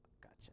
Gotcha